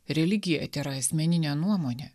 religija tėra asmeninė nuomonė